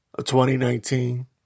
2019